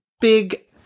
big